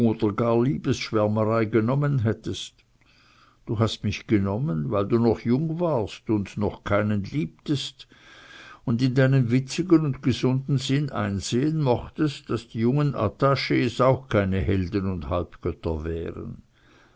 aus liebesschwärmerei genommen hättest du hast mich genommen weil du noch jung warst und noch keinen liebtest und in deinem witzigen und gesunden sinn einsehen mochtest daß die jungen attachs auch keine helden und halbgötter wären